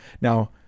Now